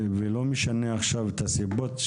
ולא משנה עכשיו הסיבות,